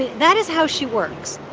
that is how she works.